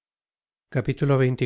aldonza lorenzo